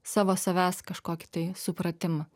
savo savęs kažkokį tai supratimą